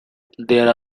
there